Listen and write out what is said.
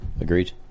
Agreed